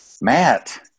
Matt